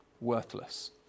worthless